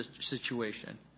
situation